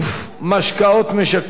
התשע"ב 2012,